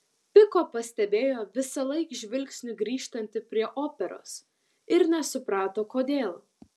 piko pastebėjo visąlaik žvilgsniu grįžtanti prie operos ir nesuprato kodėl